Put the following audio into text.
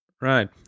Right